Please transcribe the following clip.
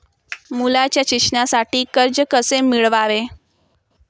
मुलाच्या शिक्षणासाठी कर्ज कसे मिळवावे?